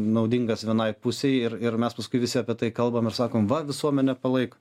naudingas vienai pusei ir ir mes paskui visi apie tai kalbam ir sakom va visuomenė palaiko